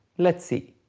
let's see.